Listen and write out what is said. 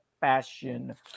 fashion